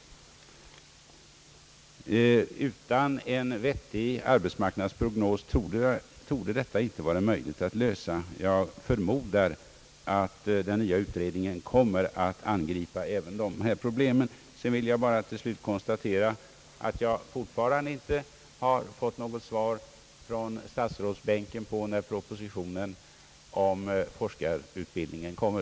Utan en vettig arbetsmarknadsprognos torde detta problem icke vara möjligt att lösa. Jag förmodar att den nya utredningen angriper även dessa problem. Sedan vill jag bara till slut konstatera att jag fortfarande inte har fått svar från statsrådsbänken på när propositionen om forskarutbildningen kommer.